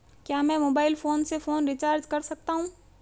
क्या मैं mobile phone से फोन रिचार्ज कर सकता हूं?